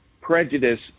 prejudice